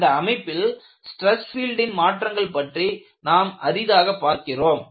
அந்த அமைப்பில் ஸ்டிரஸ் பீல்டின் மாற்றங்கள் பற்றி நாம் அரிதாக பார்க்கிறோம்